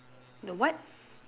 the what